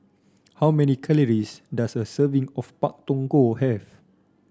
how many calories does a serving of Pak Thong Ko have